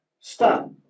stop